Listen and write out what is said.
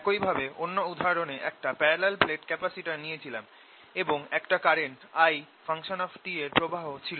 একই ভাবে অন্য উদাহরণে একটা প্যারালাল প্লেট ক্যাপাসিটর নিয়েছিলাম এবং একটা কারেন্ট I এর প্রবাহ ছিল